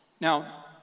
now